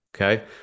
Okay